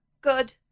good